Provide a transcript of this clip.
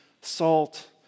salt